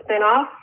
spinoff